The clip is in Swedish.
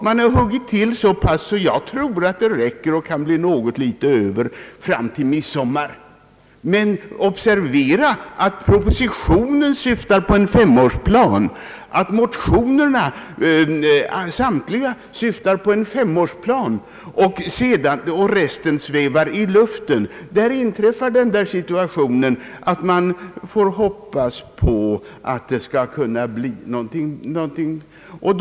Man har huggit till bara så pass att jag tror att det räcker och kan bli något litet över fram till midsommar. Men lägg märke till att propositionen syftar på en femårsplan, att samtliga motioner även syftar på en femårsplan och att resten svävar i luften. Där får man hoppas att det skall bli någonting.